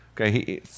okay